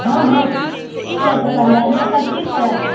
हँ हँ सब घर परिवार ई सब ठीक छनि